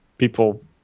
people